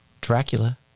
Dracula